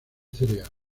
cereal